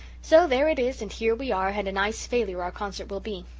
so there it is and here we are, and a nice failure our concert will be.